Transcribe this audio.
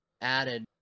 added